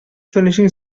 finishing